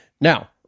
Now